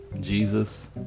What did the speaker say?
Jesus